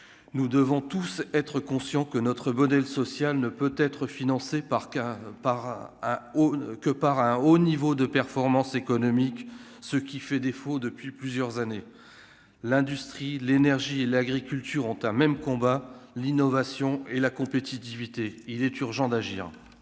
nous devons tous être conscients que notre modèle social ne peut être financé par cas par un oh que par un haut niveau de performance économique, ce qui fait défaut depuis plusieurs années, l'industrie l'énergie, l'agriculture, même combat, l'innovation et la compétitivité, il est urgent d'agir.